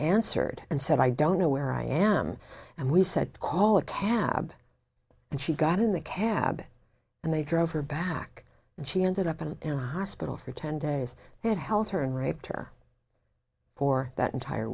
answered and said i don't know where i am and we said call a cab and she got in the cab and they drove her back and she ended up and down hospital for ten days and held her and raped her for that entire